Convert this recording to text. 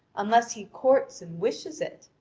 unless he courts and wishes it?